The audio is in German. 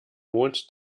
mond